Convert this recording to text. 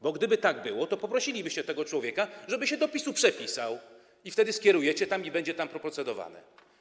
Bo gdyby tak było, to poprosilibyście tego człowieka, żeby się do PiS-u przepisał i wtedy skierujecie tam i tam będzie to procedowane.